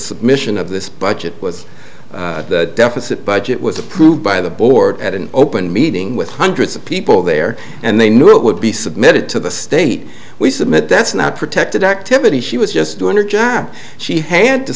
submission of this budget was deficit budget was approved by the board at an open meeting with hundreds of people there and they knew it would be submitted to the state we submit that's not protected activity she was just doing or jack she had to